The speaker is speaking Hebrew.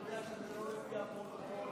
אני יודע שזה לא לפי הפרוטוקול.